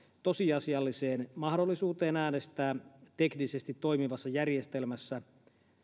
tosiasialliseen mahdollisuuteen äänestää teknisesti toimivassa järjestelmässä